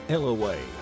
Ellaway